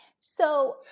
So-